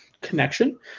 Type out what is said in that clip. connection